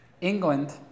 England